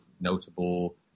notable